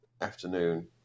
afternoon